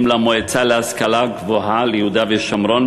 למועצה להשכלה גבוהה ליהודה ושומרון.